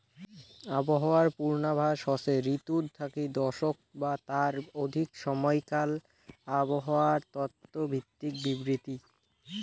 আবহাওয়ার পূর্বাভাস হসে ঋতু থাকি দশক বা তার অধিক সমাইকাল আবহাওয়ার তত্ত্ব ভিত্তিক বিবৃতি